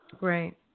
Right